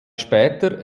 später